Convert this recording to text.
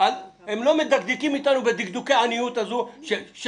הם לא מדקדקים איתנו בדקדוקי העניות האלה וזאת